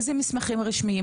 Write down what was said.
איזה מסמכים רשמיים?